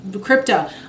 crypto